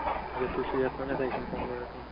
اچھا تُہۍ چھِو یژھان رینٹِڈ کَمرٕ رَٹُن